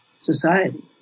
society